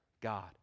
God